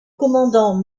commandant